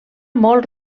molt